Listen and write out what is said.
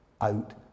out